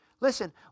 Listen